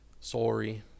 Sorry